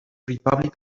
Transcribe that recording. republic